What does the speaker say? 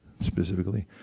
specifically